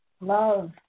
love